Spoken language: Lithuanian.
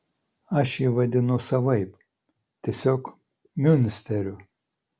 aš jį vadinu savaip tiesiog miunsteriu